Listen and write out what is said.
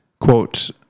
Quote